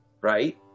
right